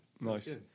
Nice